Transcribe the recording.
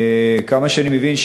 עד כמה שאני מבין,